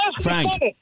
Frank